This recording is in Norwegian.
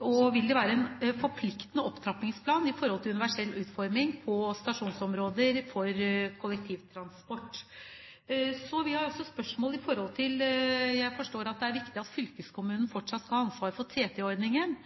være en forpliktende opptrappingsplan når det gjelder universell utforming på stasjonsområder for kollektivtransport? Jeg forstår at det er viktig at fylkeskommunen fortsatt skal ha ansvar for TT-ordningen: